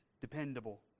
dependable